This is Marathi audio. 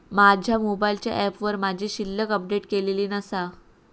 माझ्या मोबाईलच्या ऍपवर माझी शिल्लक अपडेट केलेली नसा